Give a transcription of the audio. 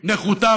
נכותם,